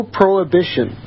prohibition